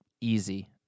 easy